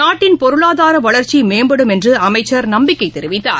நாட்டின் பொருளாதார வளர்ச்சி மேம்படும் என்று அமைச்சர் நம்பிக்கை தெரிவித்தார்